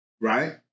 Right